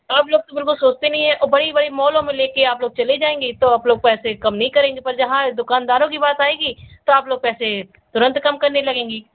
आप लोग तो बिल्कुल सोचते नहीं हैं वहीं भाई मॉलों में लेकर आप लोग चली जाएंगी तो आप लोग पैसे कम नहीं करेंगी पर जहाँ दुकानदारों की बात आएगी तो आप लोग पैसे तुरंत कम करने लगेंगी